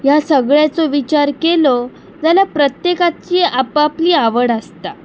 ह्या सगळ्याचो विचार केलो जाल्यार प्रत्येकाची आपआपली आवड आसता